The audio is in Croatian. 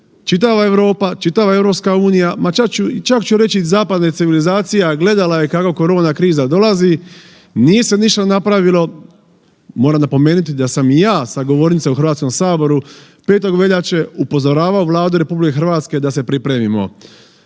čitava Europa, čitava EU ma čak ću reći zapadna civilizacija gledala je kako korona kriza dolazi, nije se ništa napravilo, moram napomenuti da sam i ja sa govornice u Hrvatskom saboru 5. Veljače upozoravao Vladu RH da se pripremimo.